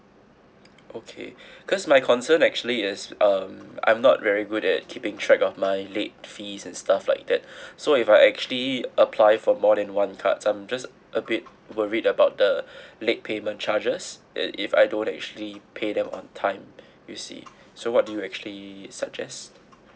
okay cause my concern actually is um I'm not very good at keeping track of my late fees and stuff like that so if I actually apply for more than one card I'm just a bit worried about the late payment charges it if I don't actually pay them on time you see so what do you actually suggest